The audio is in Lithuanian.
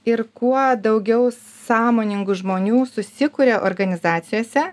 ir kuo daugiau sąmoningų žmonių susikuria organizacijose